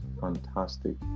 fantastic